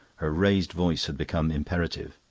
her raised voice had become imperative.